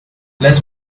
less